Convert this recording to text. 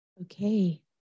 Okay